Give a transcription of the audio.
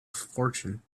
fortune